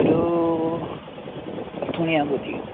ഒരു പത്ത് മണി ആകുമ്പം എത്തിക്കണം